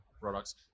products